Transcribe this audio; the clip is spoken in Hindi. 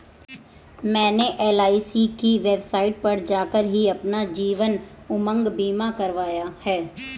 मैंने एल.आई.सी की वेबसाइट पर जाकर ही अपना जीवन उमंग बीमा करवाया है